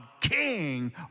king